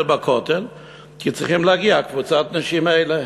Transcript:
בכותל כי צריכה להגיע קבוצת הנשים האלה.